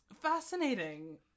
Fascinating